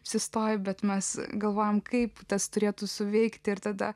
sustoji bet mes galvojame kaip tas turėtų suveikti ir tada